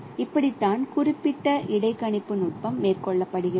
இப்படித்தான் குறிப்பிட்ட இடைக்கணிப்பு நுட்பம் மேற்கொள்ளப்படுகிறது